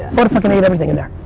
but fucking ate everything in there.